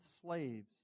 slaves